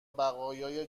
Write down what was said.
بقایای